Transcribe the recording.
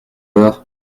voir